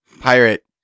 pirate